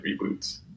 reboots